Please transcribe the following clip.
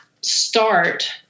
start